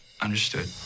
understood